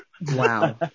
Wow